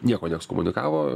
nieko neekskomunikavo